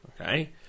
Okay